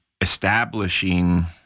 establishing